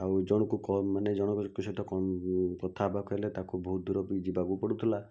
ଆଉ ଜଣକୁ କ ମାନେ ଜଣକ ସହିତ କ କଥାହେବାକୁ ହେଲେ ତାକୁ ବହୁ ଦୁରକୁ ବି ଯିବାକୁ ପଡ଼ୁଥିଲା